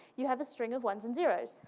you have a string of ones and zeroes.